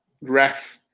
ref